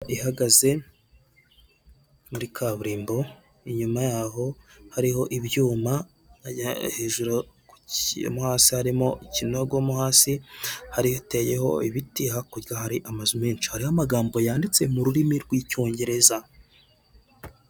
Ihagaze muri kaburimbo. Inyuma yaho hariho ibyuma, mo hasi harimo ikinogo, mo hasi hateyeho ibiti, hakurya hari amazu menshi. Hariho amagambo yanditse mu rurimi rw'icyongereza.